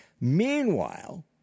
Meanwhile